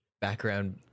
background